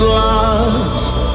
lost